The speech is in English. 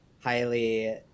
highly